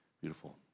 Beautiful